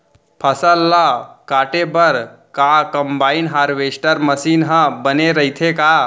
फसल ल काटे बर का कंबाइन हारवेस्टर मशीन ह बने रइथे का?